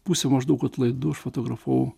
pusę maždaug atlaidų aš fotografavau